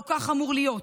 לא כך אמור להיות,